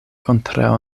kontraŭ